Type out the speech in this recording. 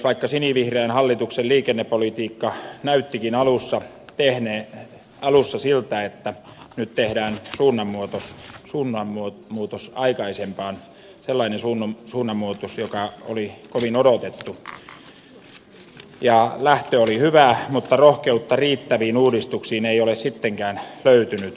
vaikka sinivihreän hallituksen liikennepolitiikka näyttikin alussa siltä että nyt tehdään suunnanmuutos aikaisempaan sellainen suunnanmuutos joka oli kovin odotettu ja lähtö oli hyvä rohkeutta riittäviin uudistuksiin ei ole sittenkään löytynyt